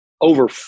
over